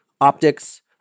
optics